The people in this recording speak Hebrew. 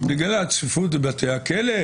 בגלל הצפיפות בבתי הכלא,